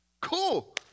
Cool